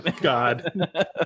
God